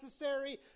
necessary